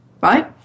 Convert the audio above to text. right